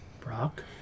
Brock